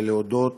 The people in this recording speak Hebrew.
ולהודות